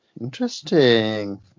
Interesting